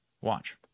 Watch